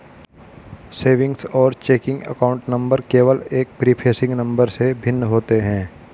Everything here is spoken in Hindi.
सेविंग्स और चेकिंग अकाउंट नंबर केवल एक प्रीफेसिंग नंबर से भिन्न होते हैं